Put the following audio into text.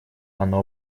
оно